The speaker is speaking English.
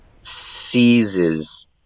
seizes